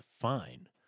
fine